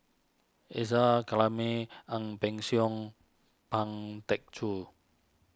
Isa Kalami Ang Peng Siong Ang Teck Joon